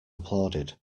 applauded